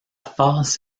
phase